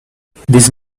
this